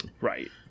right